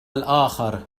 الآخر